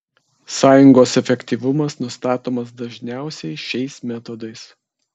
sąjungos efektyvumas nustatomas dažniausiai šiais metodais